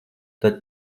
tad